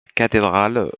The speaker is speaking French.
cathédrale